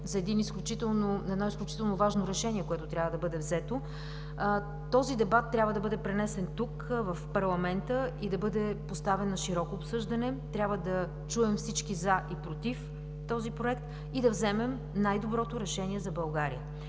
за изключително важно решение, което трябва да бъде взето, този дебат трябва да бъде пренесен тук, в парламента, да бъде поставен на широко обсъждане. Трябва да чуем всички „за“ и „против“ този Проект и да вземем най-доброто решение за България.